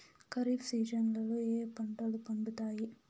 ఖరీఫ్ సీజన్లలో ఏ ఏ పంటలు పండుతాయి